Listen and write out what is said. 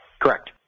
Correct